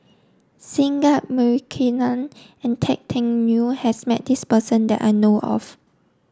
Singai Mukilan and Tan Teck Neo has met this person that I know of